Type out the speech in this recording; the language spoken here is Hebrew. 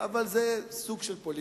אבל זה סוג של פוליטיקה.